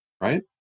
right